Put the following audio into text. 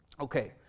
Okay